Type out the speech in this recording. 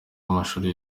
w’amashuri